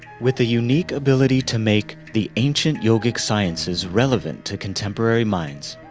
with a unique ability to make the ancient yogic sciences relevant to contemporary minds,